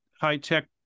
high-tech